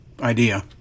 idea